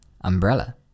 Umbrella